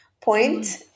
point